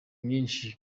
myinshi